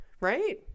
Right